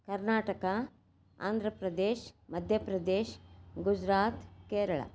Karnataka Andhra Pradesh Madhya Pradesh Gujarat Kerala